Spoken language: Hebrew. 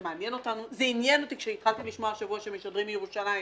זה עניין אותי כאשר התחלתי לשמוע השבוע שמשדרים מירושלים,